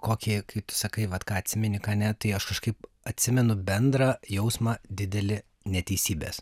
kokį kaip tu sakai vat ką atsimeni ką ne tai aš kažkaip atsimenu bendrą jausmą didelį neteisybės